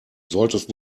solltest